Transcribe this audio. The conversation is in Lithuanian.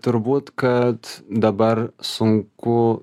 turbūt kad dabar sunku